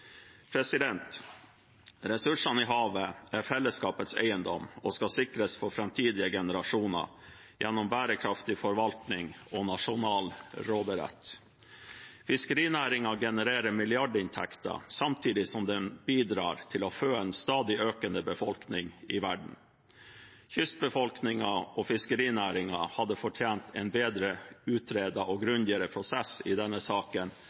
Ressursene i havet er fellesskapets eiendom og skal sikres for framtidige generasjoner gjennom bærekraftig forvaltning og nasjonal råderett. Fiskerinæringen genererer milliardinntekter samtidig som den bidrar til å fø en stadig økende befolkning i verden. Kystbefolkningen og fiskerinæringen hadde fortjent en bedre utredet og grundigere prosess i denne saken